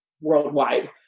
worldwide